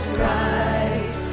Christ